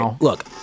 look